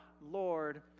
Lord